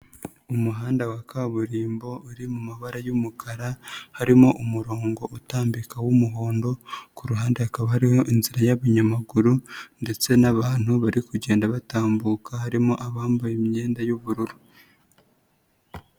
Umuhanda wa kaburimbo uri mu mabara y'umukara, harimo umurongo utambika w'umuhondo, ku ruhande hakaba hariho inzira y'abanyamaguru ndetse n'abantu bari kugenda batambuka, harimo abambaye imyenda y'ubururu.